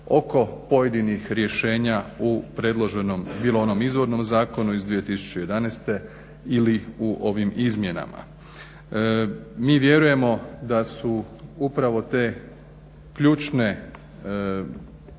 oko pojedinih rješenja u predloženom, bilo onom izvornom zakonu iz 2011. ili u ovim izmjenama. Vjerujemo da su upravo te ključne